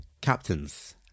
Captains